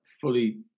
fully